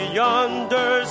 yonder